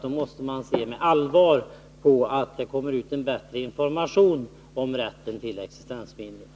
Då måste man ta allvarligt på att det skall komma ut en bättre information om rätten till existensminimum.